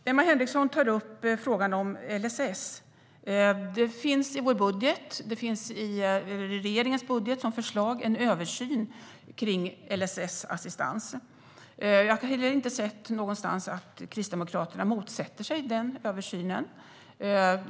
Emma Henriksson tar upp frågan om LSS. I regeringens budget finns förslag på en översyn av LSS. Jag har inte sett någonstans att Kristdemokraterna motsätter sig den översynen.